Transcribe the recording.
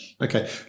Okay